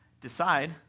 decide